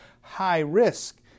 high-risk